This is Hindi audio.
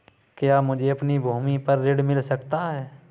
क्या मुझे अपनी भूमि पर ऋण मिल सकता है?